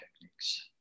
techniques